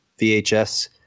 VHS